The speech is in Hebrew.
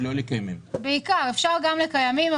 אפשר גם לקיימים,